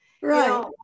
right